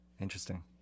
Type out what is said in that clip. interesting